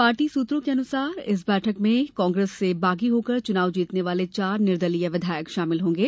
party सूत्रों के मुताबिक इस बैठक में कांग्रेस से बागी होकर चुनाव जीतने वाले चार निर्दलीय विधायक शामिल होंगे